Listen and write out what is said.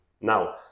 now